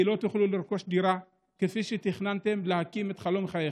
כי לא תוכלו לרכוש דירה כפי שתכננתם ולהקים את חלום חייכם.